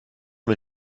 mit